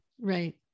right